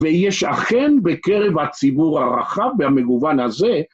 ויש אכן בקרב הציבור הרחב והמגוון הזה